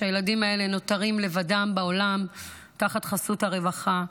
שהילדים האלה נותרים לבדם בעולם תחת חסות הרווחה.